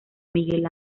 miguel